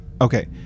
okay